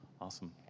Awesome